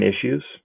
issues